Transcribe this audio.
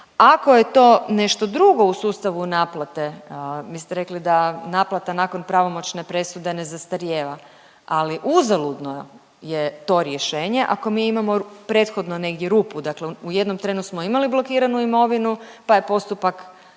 ako je to nešto drugo u sustavu naplate, … rekli da naplata nakon pravomoćne presude ne zastarijeva, ali uzaludno je to rješenje ako mi imamo prethodno negdje rupu dakle u jednom trenu smo imali blokiranu imovinu, pa je postupak